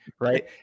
right